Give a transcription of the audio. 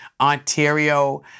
Ontario